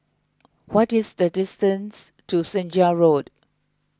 what is the distance to Senja Road